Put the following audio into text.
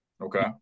Okay